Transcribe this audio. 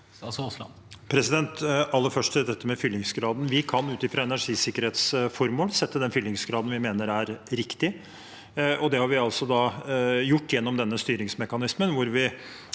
Jeg vil aller først si noe om fyllingsgraden. Vi kan ut fra energisikkerhetsformål sette den fyllingsgraden vi mener er riktig. Det har vi gjort gjennom styringsmekanismen,